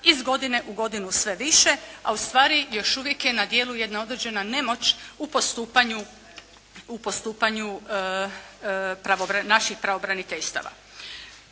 iz godine u godinu sve više a ustvari još uvijek je na djelu jedna određena nemoć u postupanju, u postupanju naših pravobraniteljstava.